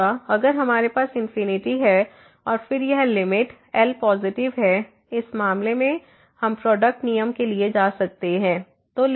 दूसरा अगर हमारे पास इनफिनिटी है और फिर यह लिमिट L पॉसिटिव है इस मामले में हम प्रोडक्ट नियम के लिए जा सकते हैं